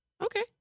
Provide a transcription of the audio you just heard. Okay